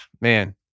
man